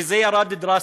וזה ירד דרסטית,